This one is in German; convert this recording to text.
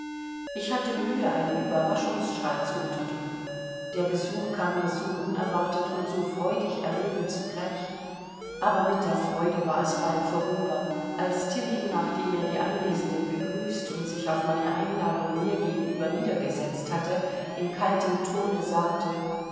ich hatte mühe einen überraschungsschrei zu unterdrücken der besuch kam mir so unerwartet und so freudig erregend zugleich aber mit der freude war es bald vorüber als tilling nachdem er die anwesenden begrüßt und sich auf meine einladung mir gegenüber niedergesetzt hatte in kaltem tone sagte